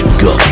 go